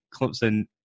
Clemson